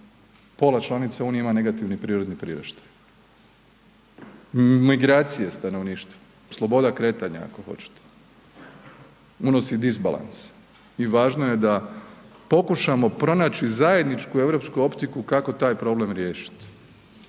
Pola članice unije ima negativni prirodni priraštaj. Migracije stanovništva, sloboda kretnja ako hoćete, unos i disbalans i važno je da pokušamo pronaći zajedničku europsku optiku kako taj problem riješiti,